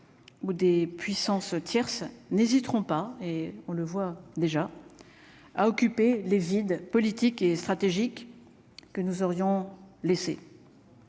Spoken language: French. où des puissances tierces n'hésiteront pas, et on le voit déjà à occuper les vide politique et stratégique que nous aurions laissé.